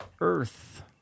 Earth